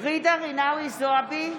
ג'ידא רינאוי זועבי,